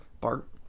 Bart